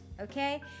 okay